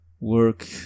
work